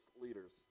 leaders